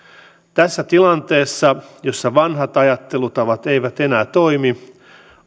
tässä tilanteessa jossa vanhat ajattelutavat eivät enää toimi